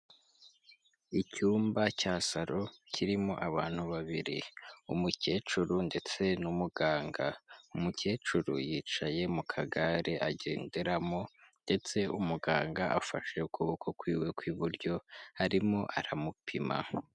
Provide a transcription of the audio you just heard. Icyumba cya salo kirimo abantu babiri umukecuru ndetse n'umuganga umukecuru yicaye mu kagare agenderamo ndetse umuganga afashe ukuboko kwiwe kw'iburyo arimo aramupima.